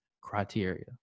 criteria